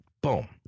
Boom